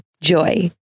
Joy